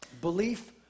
belief